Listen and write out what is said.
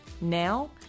Now